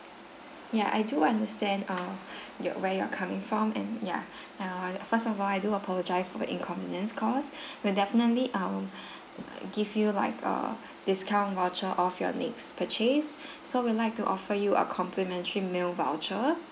ya I do understand err your where you're coming from and ya uh first of all I do apologize for the inconvenience caused we'll definitely uh give you like err discount voucher off your next purchase so we'd like to offer you a complimentary meal voucher